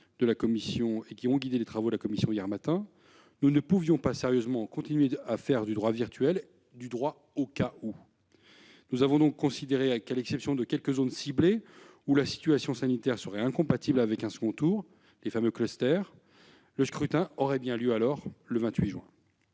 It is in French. la stratégie qui a guidé les travaux de la commission hier matin : nous ne pouvions pas sérieusement continuer à faire du droit virtuel, du droit « au cas où ». Nous avons donc considéré que, à l'exception quelques zones ciblées où la situation sanitaire serait incompatible avec un second tour- les fameux clusters -, le scrutin aurait bien lieu le 28 juin.